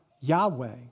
Yahweh